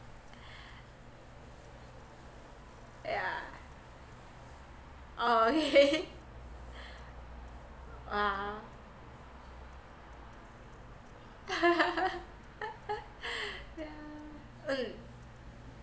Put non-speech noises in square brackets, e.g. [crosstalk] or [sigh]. yeah okay [laughs] ah [laughs] yeah mm